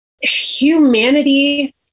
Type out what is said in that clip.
Humanity